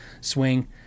swing